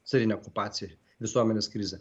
carinė okupacija visuomenės krizė